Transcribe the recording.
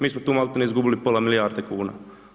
Mi smo tu maltene izgubili pola milijarde kuna.